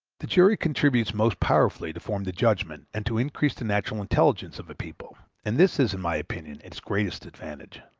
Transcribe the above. the jury contributes most powerfully to form the judgement and to increase the natural intelligence of a people, and this is, in my opinion, its greatest advantage.